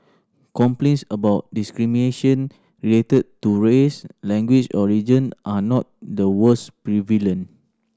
complaints about discrimination related to race language or religion are not the was prevalent